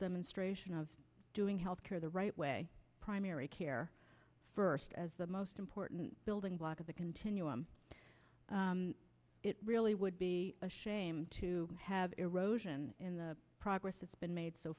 demonstration of doing health care the right way primary care first as the most important building block of the continuum really would be a shame to have erosion in the progress that's been made so